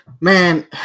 Man